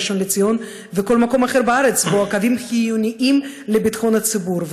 ראשון לציון וכל מקום אחר בארץ שבו הקווים חיוניים לביטחון הציבור.